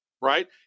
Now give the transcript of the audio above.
right